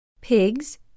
Pigs